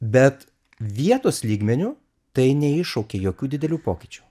bet vietos lygmeniu tai neiššaukė jokių didelių pokyčių